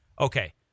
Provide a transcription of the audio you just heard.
Okay